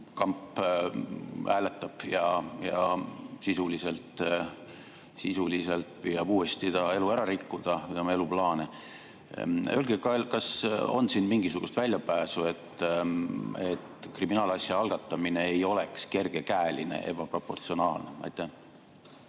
Kamp hääletab ja sisuliselt püüab uuesti ta elu ära rikkuda, tema eluplaane. Öelge, kas on siin mingisugust väljapääsu, et kriminaalasja algatamine ei oleks kergekäeline, ebaproportsionaalne. Suur tänu!